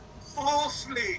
falsely